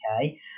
okay